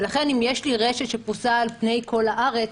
ולכן אם יש לי רשת שפרושה על פני כל הארץ,